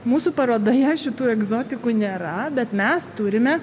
mūsų parodoje šitų egzotikų nėra bet mes turime